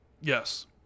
Yes